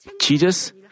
Jesus